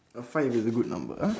uh five is a good number ah